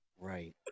Right